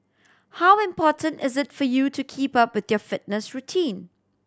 how important is it for you to keep up with your fitness routine